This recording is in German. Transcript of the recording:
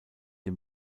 dem